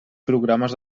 programes